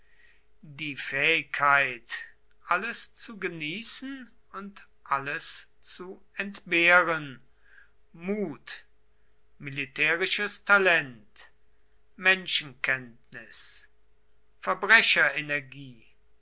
die fähigkeit alles zu genießen und alles zu entbehren mut militärisches talent menschenkenntnis